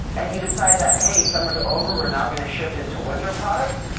and you decide that, hey, summer's over. we're now going to shift into winter products.